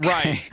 Right